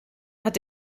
hat